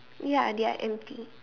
ya they are empty